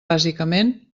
bàsicament